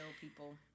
people